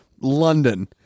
London